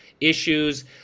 issues